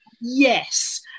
Yes